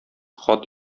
хат